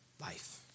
life